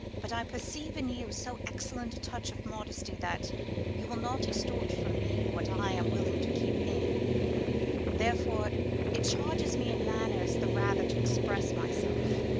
but i perceive in you so excellent a touch of modesty that you will not extort from me what i am willing to keep in therefore it charges me in manners the rather to express myself.